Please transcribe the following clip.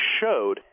showed